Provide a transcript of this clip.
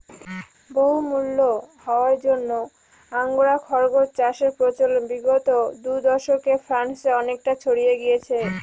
বহুমূল্য হওয়ার জন্য আঙ্গোরা খরগোস চাষের প্রচলন বিগত দু দশকে ফ্রান্সে অনেকটা ছড়িয়ে গিয়েছে